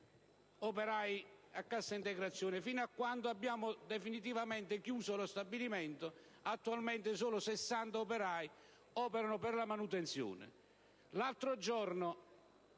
entrati in cassa integrazione fino a quando è stato definitivamente chiuso lo stabilimento. Attualmente, solo 60 operai operano per la manutenzione.